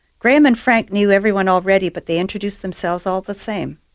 graham and frank knew everyone already, but they introduced themselves all the same.